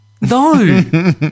No